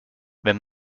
wenn